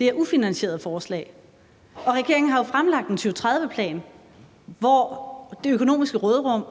er ufinansierede forslag, og regeringen har jo fremlagt en 2030-plan, hvor det økonomiske råderum